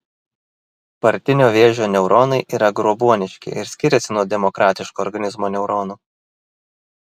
partinio vėžio neuronai yra grobuoniški ir skiriasi nuo demokratiško organizmo neuronų